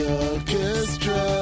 orchestra